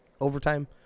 Overtime